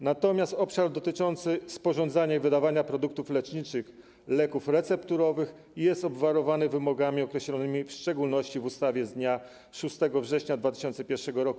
Natomiast obszar dotyczący sporządzania i wydawania produktów leczniczych - leków recepturowych jest obwarowany wymogami określonymi w szczególności w ustawie z dnia 6 września 2001 r.